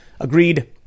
Agreed